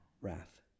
Wrath